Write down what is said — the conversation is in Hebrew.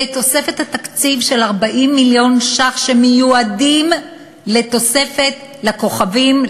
ותוספת התקציב של 40 מיליון ש"ח שמיועדים לתוספת ל"כוכבים",